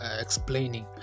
explaining